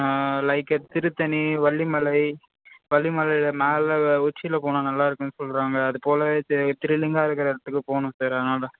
like Tiruttani Vallimalai வள்ளிமலையில் மேலே உச்சியில் போனால் நல்லாயிருக்குன்னு சொல்கிறாங்க அது போல் திரிலிங்கா இருக்கிற இடத்துக்கு போகணும் சார் அதனால்